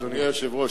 אדוני היושב-ראש,